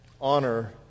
honor